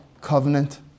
covenant